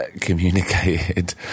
communicated